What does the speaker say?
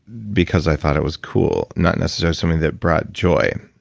because i thought it was cool, not necessarily something that brought joy.